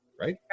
right